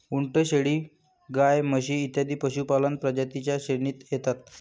उंट, शेळी, गाय, म्हशी इत्यादी पशुपालक प्रजातीं च्या श्रेणीत येतात